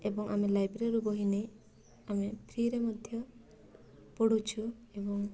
ଏବଂ ଆମେ ଲାଇବ୍ରେରୀରୁ ବହି ନେଇ ଆମେ ଫ୍ରିରେ ମଧ୍ୟ ପଢ଼ୁଛୁ ଏବଂ